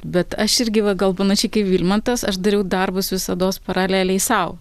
bet aš irgi va gal panašiai kaip vilmantas aš dariau darbus visados paraleliai sau